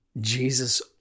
Jesus